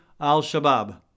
al-Shabaab